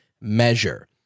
measure